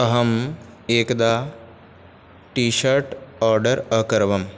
अहम् एकदा T-shirt order अकरवम्